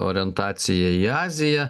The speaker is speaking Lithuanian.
orientacija į aziją